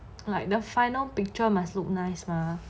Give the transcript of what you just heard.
like the final big picture must look nice mah